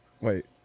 Wait